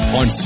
on